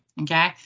Okay